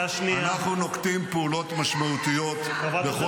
נוקטים פעולות משמעותיות -- למה אתה מסכל עסקה?